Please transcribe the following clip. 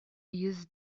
йөз